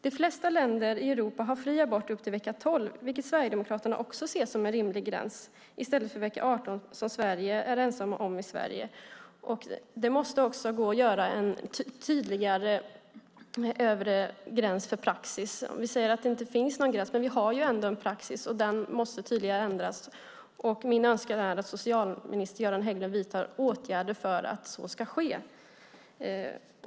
De flesta länder i Europa har fri abort upp till vecka 12, vilket Sverigedemokraterna också ser som en rimlig gräns, i stället för vecka 18 som vi i Sverige är ensamma om. Det måste gå att göra den övre gränsen tydligare i praxis. Vi säger att det inte finns någon gräns, men vi har ändå en praxis, och den måste tydligen ändras. Min önskan är att socialminister Göran Hägglund vidtar åtgärder för att så ska ske.